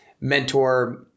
mentor